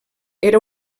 era